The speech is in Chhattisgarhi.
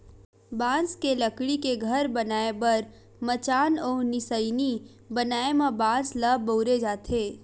बांस के लकड़ी के घर बनाए बर मचान अउ निसइनी बनाए म बांस ल बउरे जाथे